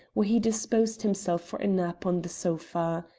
where he disposed himself for a nap on the sofa.